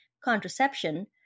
contraception